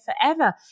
forever